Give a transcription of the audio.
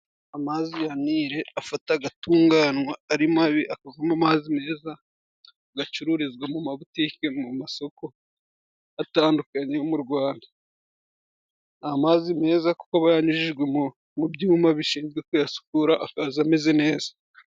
Amazi ya nire afata agatunganywa ari mabi, akavamo amazi meza, agacururizwa mu mabutike, mu masoko atandukanye yo mu Rwanda. Amazi meza kuko aba yanyujijwe mu byuma bishinzwe kuyasukura, akaza ameze neza.